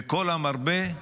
וכל המרבה,